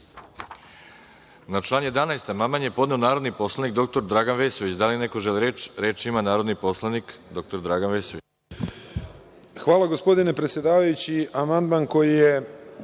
član 11. amandman je podneo narodni poslanik dr Dragan Vesović. Da li neko želi reč? (Da.)Reč ima narodni poslanik dr Dragan Vesović.